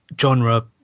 genre